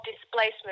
displacement